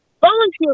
volunteer